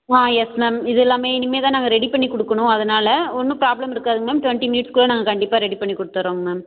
ஆ yes ma'am இது எல்லாமே இனிமே தான் நாங்கள் ரெடி பண்ணி கொடுக்கணும் அதனால ஒன்று ப்ராப்ளம் இருக்காதுங்க மேம் டுவெண்ட்டி மினிட்ஸ்குள்ள நாங்கள் கண்டிப்பாக ரெடி பண்ணி கொடுத்துட்றோங்க மேம்